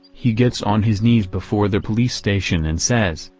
he gets on his knees before the police station and says,